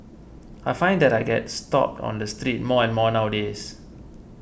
I find that I get stopped on the street more and more nowadays